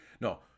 No